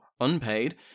unpaid